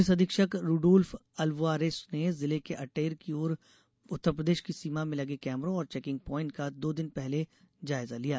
police अधीक्षक रुडोल्फ अल्वारेस ने जिले के अटेर की ओर उत्तरप्रदेश की सीमा में लगे कैमरों और चैकिंग प्वाइंट का दो दिन पहले जायजा लिया